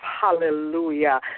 Hallelujah